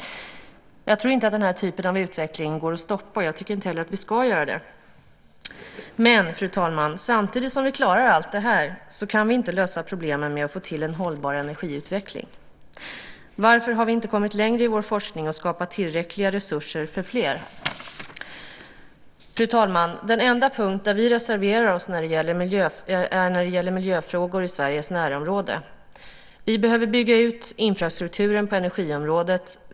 Jag tror inte att den här typen av utveckling går att stoppa, och jag tycker inte heller att vi ska göra det. Men, fru talman, samtidigt som vi klarar allt det här kan vi inte lösa problemen med att få till en hållbar energiutveckling. Varför har vi inte kommit längre i vår forskning och skapat tillräckliga resurser för fler? Fru talman! Den enda punkten vi reserverar oss på gäller miljöfrågor i Sveriges närområde. Vi behöver bygga ut infrastrukturen på energiområdet.